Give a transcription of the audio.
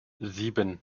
sieben